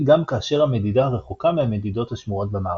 גם כאשר המדידה רחוקה מהמדידות השמורות במערכת.